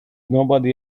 nobody